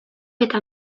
eta